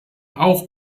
auch